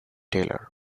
taylor